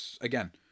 again